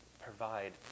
provide